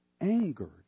angered